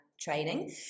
training